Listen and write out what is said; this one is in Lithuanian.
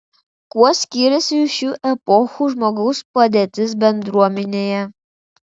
kuo skyrėsi šių epochų žmogaus padėtis bendruomenėje